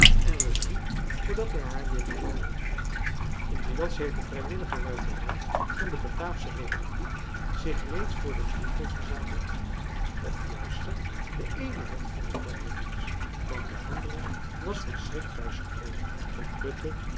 en rust niet voordat hij haar weer bijgeholpen heeft inmiddels françois haverschmidt familie en kennissen heeft de vrijwillige ruiterij van de bataafsche republiek zich reeds voor den winkel verzameld of juister de eene helft van de vrijwilligers want de andere was van schrik thuis gebleven van putten